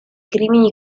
crimini